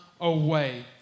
away